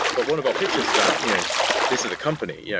but one of our pictures is that you know this is a company, yeah